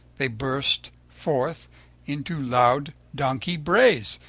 they burst forth into loud donkey brays,